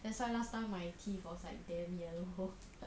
that's why last time my teeth was like damn yellow